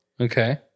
Okay